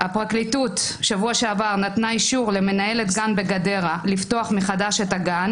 הפרקליטות נתנה בשבוע שעבר אישור למנהלת גן בגדרה לפתוח מחדש את הגן,